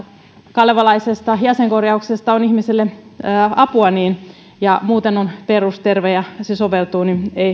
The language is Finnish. kalevalaisesta jäsenkorjauksesta on ihmisille apua ja muuten on perusterve ja ja se soveltuu